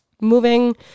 moving